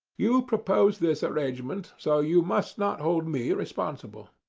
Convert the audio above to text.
you proposed this arrangement, so you must not hold me responsible.